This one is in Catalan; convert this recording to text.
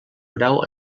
grau